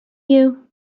you